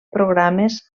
programes